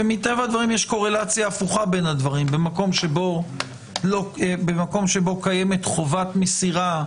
מטבע הדברים יש קורלציה הפוכה בין הדברים - במקום שבו קיימת חובת מסירה,